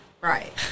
Right